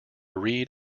read